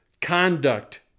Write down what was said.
conduct